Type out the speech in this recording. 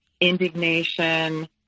indignation